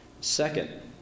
Second